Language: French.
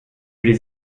les